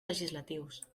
legislatius